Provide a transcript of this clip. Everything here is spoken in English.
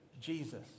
Jesus